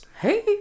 Hey